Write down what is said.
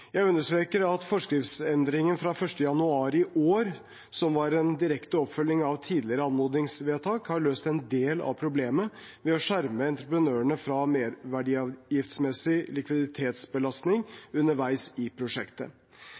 Jeg understreker at forskriftsendringen fra 1. januar i år, som var en direkte oppfølging av tidligere anmodningsvedtak, har løst en del av problemet ved å skjerme entreprenørene fra merverdiavgiftsmessig likviditetsbelastning underveis i prosjektet.